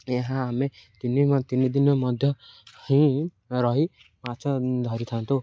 ଏହା ଆମେ ତିନି ତିନି ଦିନ ମଧ୍ୟ ହିଁ ରହି ମାଛ ଧରିଥାନ୍ତୁ